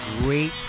great